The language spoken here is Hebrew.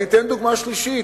אני אתן דוגמה שלישית,